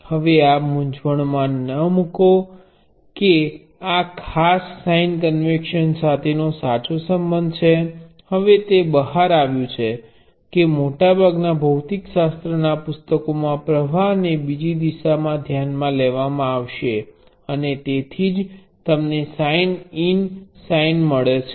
હવે આ મૂંઝવણમાં ન મૂકો કે આ આ ખાસ સાઇન કન્વેશન સાથેનો સાચો સંબંધ છે હવે તે બહાર આવ્યું છે કે મોટાભાગના ભૌતિકશાસ્ત્રના પુસ્તકોમાં પ્ર્વાહ ને બીજી દિશામાં ધ્યાનમાં લેવામાં આવશે અને તેથી જ તમને સાઇન ઇન સાઇન મળે છે